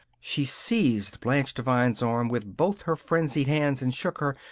she seized blanche devine's arm with both her frenzied hands and shook her,